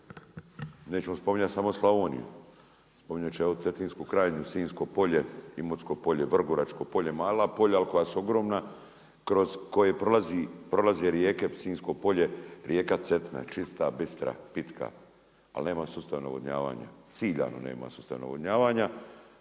Nećemo spominjati samo Slavoniju, spominjat ću ja Cetinsku krajinu, Sinjsko polje, Imotsko polje, Vrgoračko polje, mala polja ali koja su ogromna kroz koje prolaze rijeke kroz Sinjsko polje rijeka Cetina, čista, bistra, pitka, ali nema sustav navodnjavanja, ciljano nema sustav navodnjavanja.